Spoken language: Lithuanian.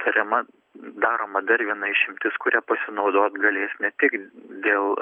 tariama daroma dar viena išimtis kuria pasinaudot galės ne tik dėl